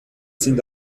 sind